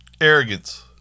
arrogance